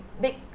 big